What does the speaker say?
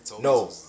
No